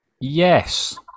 Yes